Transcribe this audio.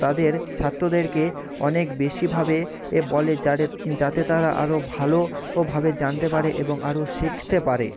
তাদের ছাত্রদেরকে অনেক বেশিভাবে এ বলে যারে যাতে তারা আরও ভালো ও ভাবে জানতে পারে এবং আরও শিখতে পারে